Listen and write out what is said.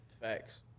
Facts